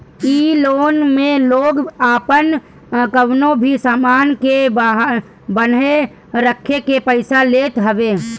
इ लोन में लोग आपन कवनो भी सामान के बान्हे रखके पईसा लेत हवे